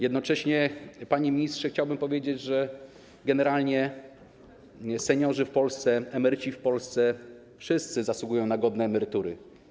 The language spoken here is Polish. Jednocześnie, panie ministrze, chciałbym powiedzieć, że generalnie wszyscy seniorzy w Polsce, emeryci w Polsce zasługują na godne emerytury.